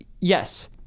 yes